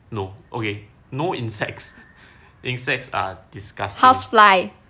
no okay no insects insects are disgusting housefly